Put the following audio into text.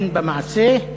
הן במעשה,